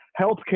healthcare